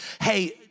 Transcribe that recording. hey